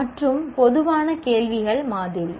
மற்றும் பொதுவான கேள்விகள் மாதிரி